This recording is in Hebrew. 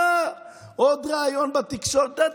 מה, עוד ריאיון בתקשורת?